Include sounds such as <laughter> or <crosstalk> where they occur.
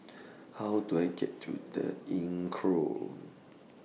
<noise> How Do I get to The Inncrowd